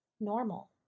normal